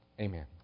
Amen